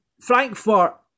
Frankfurt